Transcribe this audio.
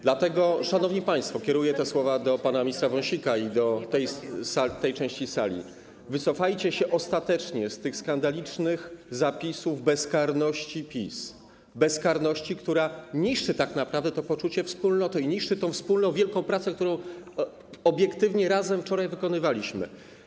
Dlatego, szanowni państwo, kieruję te słowa do pana ministra Wąsika i do tej części sali: wycofajcie się ostatecznie z tych skandalicznych zapisów o bezkarności PiS, bezkarności, która niszczy tak naprawdę to poczucie wspólnoty i niszczy tę wspólną wielką pracę, którą razem obiektywnie wczoraj wykonywaliśmy.